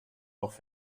auch